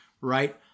right